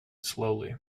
slowly